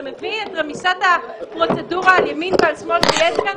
אתה מבין את רמיסת הפרוצדורה על ימין ועל שמאל שיש כאן?